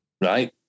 Right